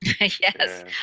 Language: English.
Yes